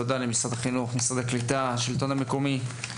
תודה למשרד החינוך, משרד הקליטה, השלטון המקומי,